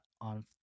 on